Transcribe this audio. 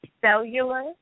Cellular